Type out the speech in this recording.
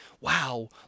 wow